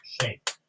shape